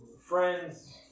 friends